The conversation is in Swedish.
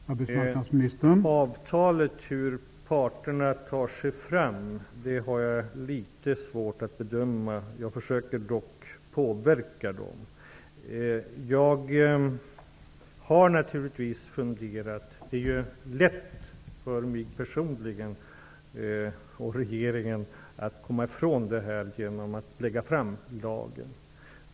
Herr talman! När avtal kan slutas, hur parterna tar sig fram, har jag litet svårt att bedöma. Jag försöker dock påverka dem. Jag har naturligtvis funderat. Det är lätt för mig personligen och regeringen att komma ifrån detta genom att lägga fram ett lagförslag.